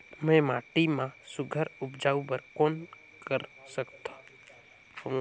मैं माटी मा सुघ्घर उपजाऊ बर कौन कर सकत हवो?